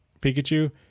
Pikachu